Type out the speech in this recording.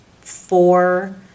four